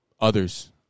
others